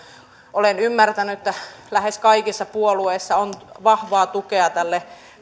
olen ymmärtänyt että lähes kaikissa puolueissa on vahvaa tukea tälle